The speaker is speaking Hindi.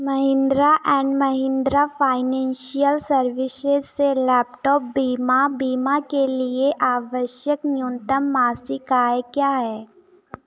Mahindra and Mahindra financial services से लैपटॉप बीमा बीमा के लिए आवश्यक न्यूनतम मासिक आय क्या है